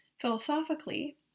philosophically